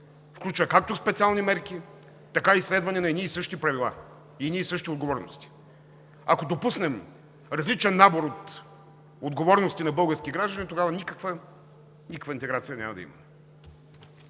включва както специални мерки, така и следване на едни и същи правила и едни и същи отговорности. Ако допуснем различен набор от отговорности на български граждани, тогава никаква интеграция няма да има.